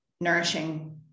nourishing